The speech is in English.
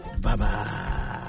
Bye-bye